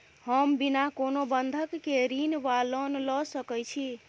हम बिना कोनो बंधक केँ ऋण वा लोन लऽ सकै छी?